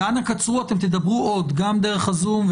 אנא קצרו, אתם תדברו עוד, גם דרך הזום.